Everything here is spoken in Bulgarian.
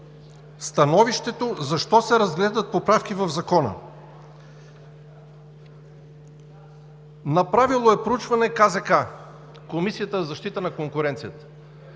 становището защо се разглеждат поправки в Закона. Направила е проучване КЗК – Комисията за защита на конкуренцията.